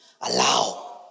Allow